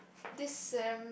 this sem